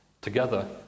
together